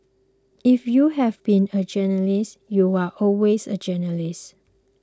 if you have been a journalist you're always a journalist